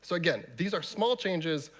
so again, these are small changes,